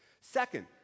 Second